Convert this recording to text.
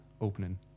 opening